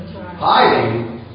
Hiding